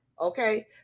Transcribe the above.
Okay